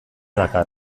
dakar